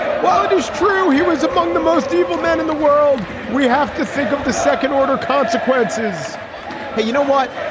while it is true he was among the most evil men in the world. we have to think of the second order consequences hey, you know what?